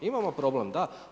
Imamo problem, da.